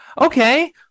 Okay